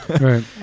Right